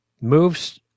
moves